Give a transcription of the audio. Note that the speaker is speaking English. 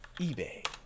ebay